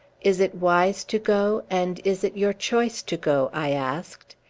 is it wise to go, and is it your choice to go? i asked.